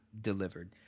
delivered